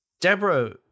Deborah